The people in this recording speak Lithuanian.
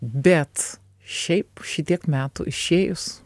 bet šiaip šitiek metų išėjus